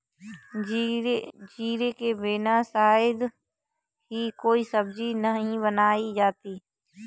जीरे के बिना शायद ही कोई सब्जी बनाई जाती है